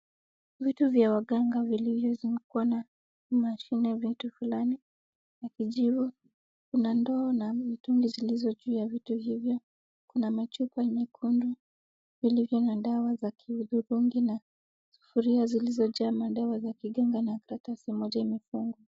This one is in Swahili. Vitu vya waganga vilivyozungukwa na mashine, vitu fulani na kijivu. Kuna ndoo na mitungi zilizo juu ya vitu hivyo. Kuna machupa nyekundu. Vilivyo na dawa zakiudhurungi na sufuria zilizojaa madawa za kiganga na karatasi moja imefungwa.